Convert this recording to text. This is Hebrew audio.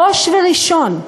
ראש וראשון,